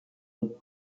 des